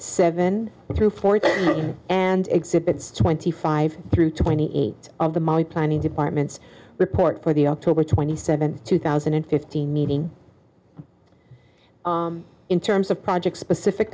seven through fourteen and exhibits twenty five through twenty eight of the money planning departments report for the october twenty seventh two thousand and fifteen meeting in terms of project specific